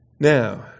Now